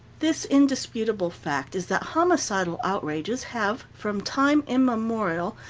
this indisputable fact is that homicidal outrages have, from time immemorial,